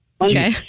Okay